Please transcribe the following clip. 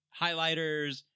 highlighters